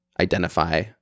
identify